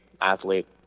athlete